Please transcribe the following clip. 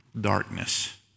darkness